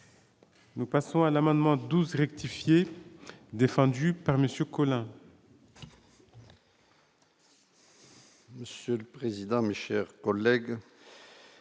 Nous passons à l'amendement 12 rectifier défendue par monsieur